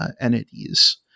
entities